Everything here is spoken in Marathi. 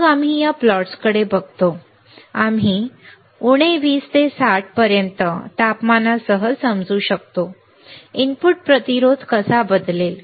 मग आम्ही या प्लॉट्सकडे बघतो आम्ही उणे 20 ते 60 पर्यंत तापमानासह समजू शकतो इनपुट प्रतिरोध कसा बदलेल